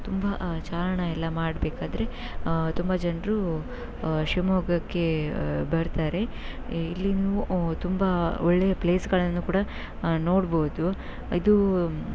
ತುಂಬ ಚಾರಣ ಎಲ್ಲ ಮಾಡಬೇಕಾದ್ರೆ ತುಂಬ ಜನರು ಶಿವಮೊಗ್ಗಕ್ಕೆ ಬರ್ತಾರೆ ಇಲ್ಲಿಯೂ ತುಂಬ ಒಳ್ಳೆಯ ಪ್ಲೇಸ್ಗಳನ್ನು ಕೂಡ ನೋಡ್ಬೌದು ಇದು